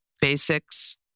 basics